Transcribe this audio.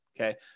Okay